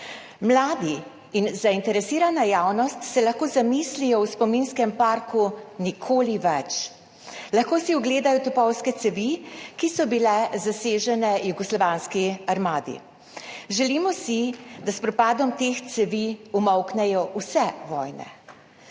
Mladi in zainteresirana javnost se lahko zamislijo v spominskem parku Nikoli več. Lahko si ogledajo topovske cevi, ki so bile zasežene jugoslovanski armadi. Želimo si, da s propadom teh cevi umolknejo vse vojne.